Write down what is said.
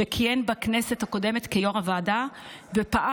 שכיהן בכנסת הקודמת כיו"ר הוועדה ופעל